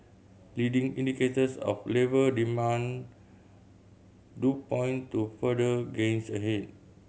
leading indicators of labour demand do point to further gains ahead